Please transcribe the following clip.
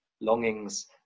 longings